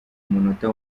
munota